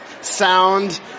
sound